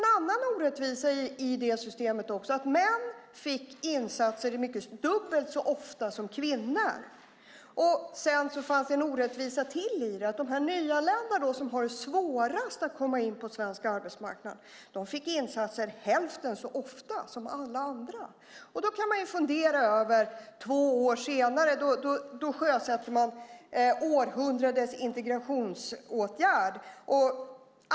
En annan orättvisa i systemet var att män dubbelt så ofta som kvinnor fick insatser. Ytterligare en orättvisa var att de nyanlända som har svårast att komma in på svensk arbetsmarknad fick insatser hälften så ofta som alla andra. Två år senare sjösätts århundradets integrationsåtgärd.